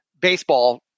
baseball